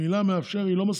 המילה "מאפשר" לא מספיקה.